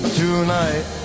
tonight